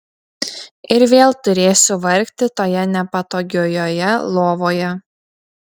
ir vėl turėsiu vargti toje nepatogiojoje lovoje